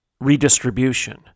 redistribution